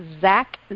Zach